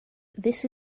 this